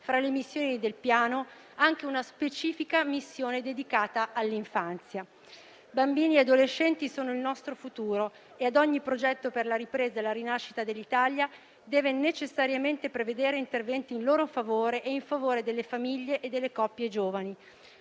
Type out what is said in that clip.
fra le missioni del Piano, anche una specifica missione dedicata all'infanzia. Bambini e adolescenti sono il nostro futuro e ogni progetto per la ripresa e la rinascita dell'Italia deve necessariamente prevedere interventi in loro favore e in favore delle famiglie e delle coppie giovani.